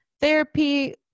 therapy